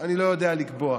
אני לא יודע לקבוע.